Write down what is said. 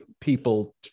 people